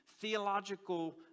theological